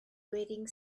grating